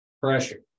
pressure